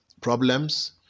problems